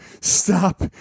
stop